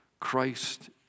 Christ